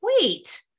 wait